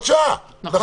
הוראות שעה, נכון.